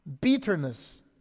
Bitterness